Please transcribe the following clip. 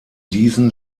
diesen